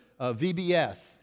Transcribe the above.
VBS